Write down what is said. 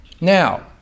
Now